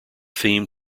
theme